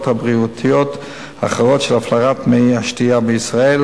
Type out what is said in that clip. הבריאותיות האחרות של הפלרת מי השתייה בישראל,